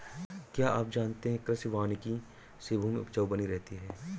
क्या आप जानते है कृषि वानिकी से भूमि उपजाऊ बनी रहती है?